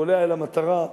קולע למטרה.